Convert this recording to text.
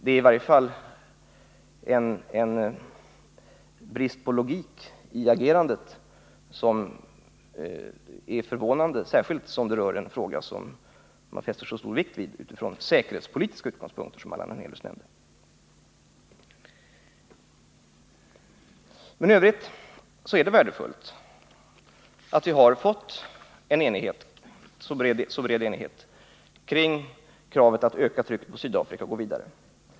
Det är i varje fall en brist på logik i agerandet som är förvånande, särskilt som detta rör en fråga som man fäster så stor vikt vid från säkerhetspolitiska utgångspunkter, som Allan Hernelius nämnde. I övrigt är det värdefullt att vi har nått en så bred enighet kring kravet på att öka trycket på Sydafrika och gå vidare.